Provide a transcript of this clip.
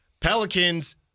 Pelicans